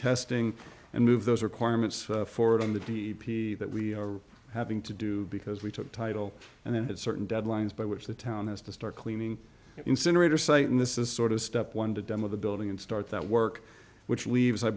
testing and move those requirements forward on the d p that we are having to do because we took title and then had certain deadlines by which the town has to start cleaning incinerator site and this is sort of step one to demo the building and start that work which leaves i